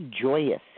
joyous